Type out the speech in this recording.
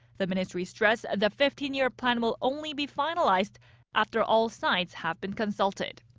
the ministry stressed the fifteen year plan will only be finalized after all sides have been consulted.